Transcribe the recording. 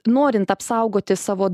norint apsaugoti savo